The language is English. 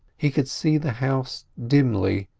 he could see the house dimly,